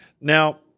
Now